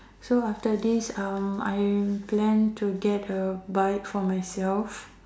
so after this um I plan to get a buy it for myself